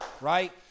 right